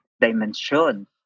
dimension